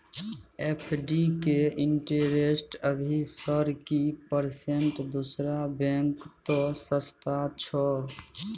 FD के interest अभी सर की परसेंट दूसरा बैंक त सस्ता छः?